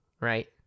right